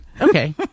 Okay